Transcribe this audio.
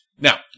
Now